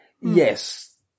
Yes